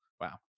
Wow